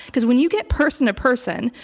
because when you get person to person,